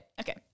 Okay